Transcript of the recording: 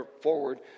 forward